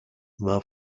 war